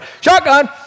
Shotgun